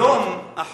היום,